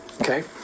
Okay